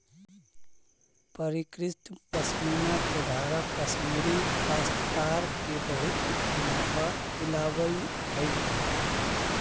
परिष्कृत पशमीना के धागा कश्मीरी काश्तकार के बहुत मुनाफा दिलावऽ हई